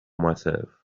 myself